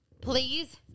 Please